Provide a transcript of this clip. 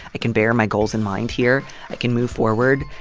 i can bear my goals in mind here i can move forward.